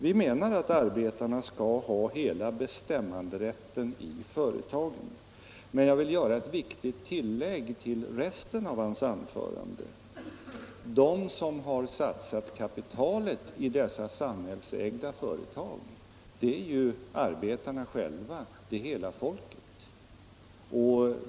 Vi menar att arbetarna skall ha hela bestäm manderätten i företagen. Men jag vill göra ett viktigt tillägg till det som herr Gustafson sade fortsättningsvis. De som har satsat kapitalet i de samhällsägda företagen är ju arbetarna själva, dvs. hela folket.